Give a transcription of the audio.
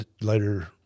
later